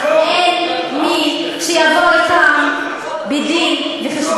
אין מי שיבוא לכאן בדין-וחשבון.